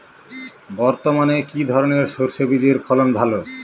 বর্তমানে কি ধরনের সরষে বীজের ফলন ভালো?